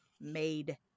made